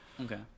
Okay